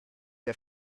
der